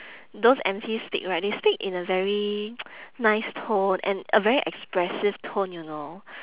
those emcee speak right they speak in a very nice tone and a very expressive tone you know